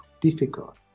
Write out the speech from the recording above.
difficult